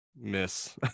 miss